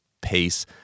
pace